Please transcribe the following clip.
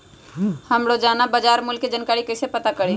हम रोजाना बाजार मूल्य के जानकारी कईसे पता करी?